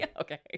Okay